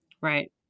Right